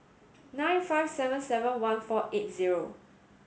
nine five seven seven one four eight zero